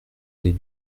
des